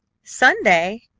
sunday!